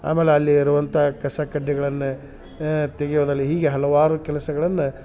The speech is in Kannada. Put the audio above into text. ಆಮೇಲೆ ಅಲ್ಲಿ ಇರುವಂಥ ಕಸ ಕಡ್ಡಿಗಳನ್ನ ತೆಗೆಯೋದಲಿ ಹೀಗೆ ಹಲವಾರು ಕೆಲಸಗಳನ್ನ